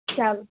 چلو